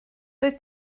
doedd